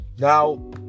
Now